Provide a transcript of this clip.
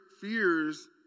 fears